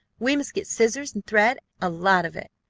we must get scissors and thread, a lot of it,